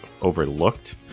overlooked